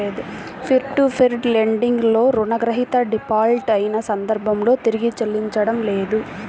peer to peer lending లో రుణగ్రహీత default అయిన సందర్భంలో తిరిగి చెల్లించడం లేదు